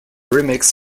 remix